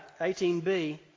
18b